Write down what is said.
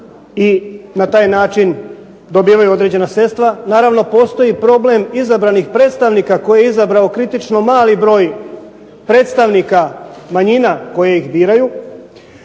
i na taj način dobivaju određena sredstva. Naravno, postoji problem izabranih predstavnika koje je izabrao kritično mali broj predstavnika manjina koje ih biraju,